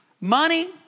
money